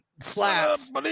slaps